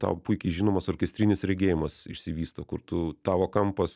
tau puikiai žinomas orkestrinis regėjimas išsivysto kur tu tavo kampas